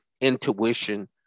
intuition